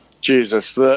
Jesus